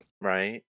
right